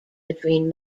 between